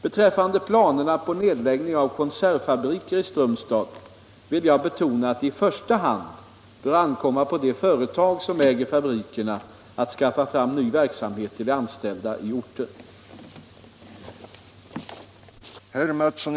Beträffande planerna på nedläggning av konservfabriker i Strömstad vill jag betona att det i första hand bör ankomma på de företag som äger fabrikerna att skaffa fram ny verksamhet till de anställda i orten.